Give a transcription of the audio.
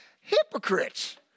Hypocrites